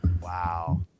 Wow